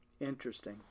Interesting